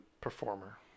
performer